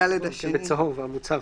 בצהוב, המוצהב.